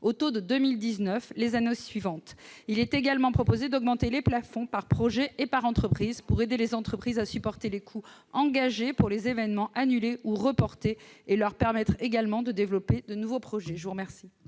au taux de 2019 les années suivantes. Il est également proposé d'augmenter les plafonds par projet et par entreprise pour aider les entreprises à supporter les coûts engagés pour les événements annulés ou reportés, et leur permettre également de développer de nouveaux projets. La parole